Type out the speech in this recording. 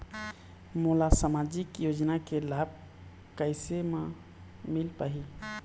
मोला सामाजिक योजना के लाभ कैसे म मिल पाही?